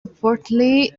reportedly